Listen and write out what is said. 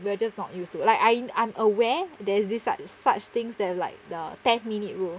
we're just not used to like I I'm aware there's this suc~ such things that like the ten minute rule